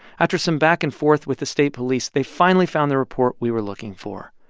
after some back-and-forth with the state police, they finally found the report we were looking for.